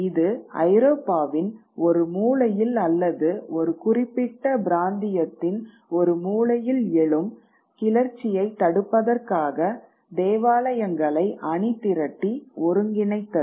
இது ஐரோப்பாவின் ஒரு மூலையில் அல்லது ஒரு குறிப்பிட்ட பிராந்தியத்தின் ஒரு மூலையில் எழும் கிளர்ச்சியை தடுப்பதற்காக தேவாலயங்களை அணி திரட்டி ஒருங்கிணைத்தது